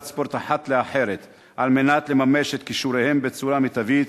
ספורט אחת לאחרת על מנת לממש את כישוריהם בצורה מיטבית,